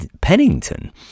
Pennington